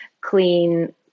clean